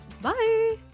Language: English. Bye